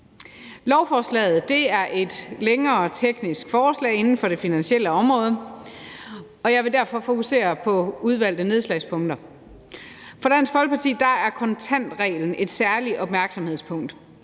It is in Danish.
Lovforslaget er et længere teknisk forslag inden for det finansielle område. Jeg vil derfor fokusere på udvalgte nedslagspunkter. For Dansk Folkeparti er kontantreglen et særligt opmærksomhedspunkt.